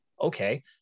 Okay